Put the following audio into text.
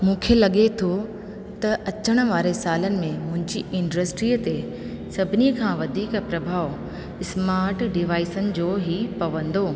मूंखे लॻे थो त अचणु वारनि सालनि में मुंहिंजी इंडस्ट्रीअ ते सभिनी खां वधीक प्रभाव स्मार्ट डिवाइसनि जो ई पवंदो